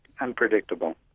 unpredictable